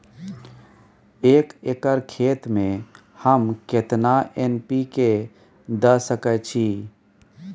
एक एकर खेत में हम केतना एन.पी.के द सकेत छी?